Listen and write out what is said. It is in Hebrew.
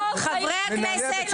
מנהלי בתי הספר --- חברי הכנסת,